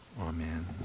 Amen